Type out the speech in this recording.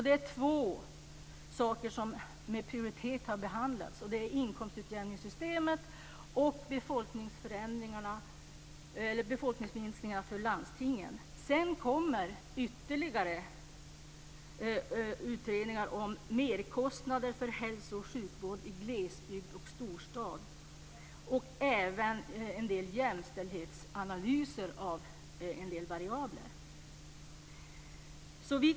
Det är två saker som med prioritet har behandlats, och det är inkomstutjämningssystemet och befolkningsminskningar för landstingen. Sedan kommer ytterligare utredningar om merkostnader för hälso och sjukvård i glesbygd och storstad, och även jämställdhetsanalyser av en del variabler.